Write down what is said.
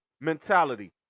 mentality